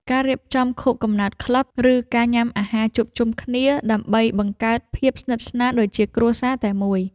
ការរៀបចំខួបកំណើតក្លឹប ឬការញ៉ាំអាហារជួបជុំគ្នា ដើម្បីបង្កើតភាពស្និទ្ធស្នាលដូចជាគ្រួសារតែមួយ។